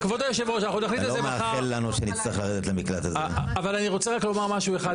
זה רק צריך להיות לפני יוני 2024 לא משנה מה.